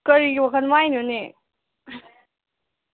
ꯀꯔꯤꯒꯤ ꯋꯥꯈꯜ ꯃꯥꯡꯉꯤꯅꯣꯅꯦ